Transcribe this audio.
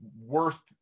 worth